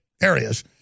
Areas